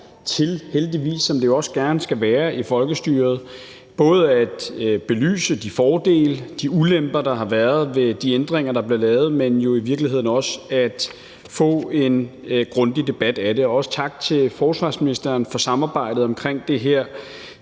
til – heldigvis, som det jo også gerne skal gøre i folkestyret – både at belyse de fordele og de ulemper, der har været ved de ændringer, der er blevet lavet, men jo i virkeligheden også at få en grundig debat om det. Også tak til forsvarsministeren for samarbejdet omkring det her